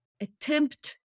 attempt